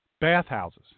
bathhouses